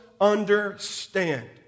understand